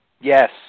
Yes